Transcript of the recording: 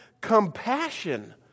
compassion